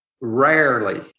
rarely